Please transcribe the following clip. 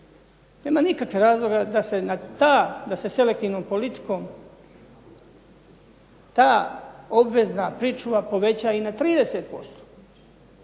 Nema nikakvih razloga da se selektivnom politikom ta obvezna pričuva poveća i na 30%